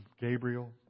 Gabriel